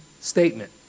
statement